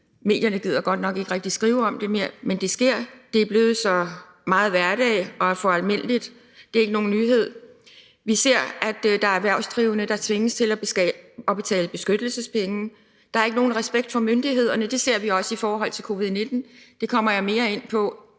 Medierne gider godt nok ikke rigtig skrive om det mere, men det sker. Det er blevet så meget hverdag og for almindeligt, så det er ikke nogen nyhed. Vi ser, at der er erhvervsdrivende, der tvinges til at betale beskyttelsespenge. Der er ikke nogen respekt for myndighederne. Det ser vi også i forhold til covid-19. Det kommer jeg mere ind på